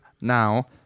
now